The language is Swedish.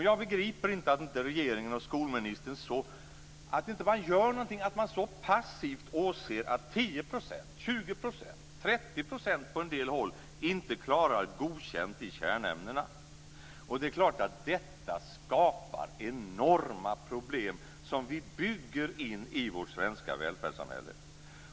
Jag begriper inte att inte regeringen och skolministern gör någonting, att de så passivt åser att 10 %, 20 % eller 30 % på en del håll inte klarar godkänt i kärnämnena. Och det är klart att detta skapar enorma problem som vi bygger in i vårt svenska välfärdssamhälle.